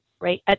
right